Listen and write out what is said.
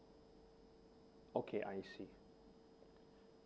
okay I see